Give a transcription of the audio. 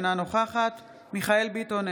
אינה נוכחת מיכאל מרדכי ביטון,